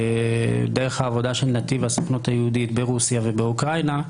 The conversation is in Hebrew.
דרך העבודה של נתיב והסוכנות היהודית ברוסיה ואוקראינה,